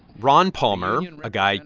ron palmer a guy,